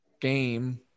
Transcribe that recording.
game